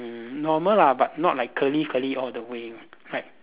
mm normal lah but not like curly curly all the way right